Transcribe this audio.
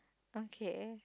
okay